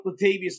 Latavius